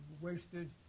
wasted